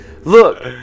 Look